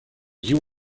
you